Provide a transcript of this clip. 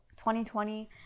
2020